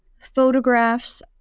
photographs